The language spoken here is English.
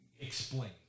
explain